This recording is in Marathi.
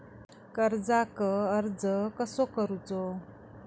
कर्जाक अर्ज कसो करूचो?